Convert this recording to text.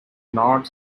not